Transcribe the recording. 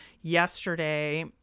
yesterday